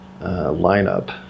lineup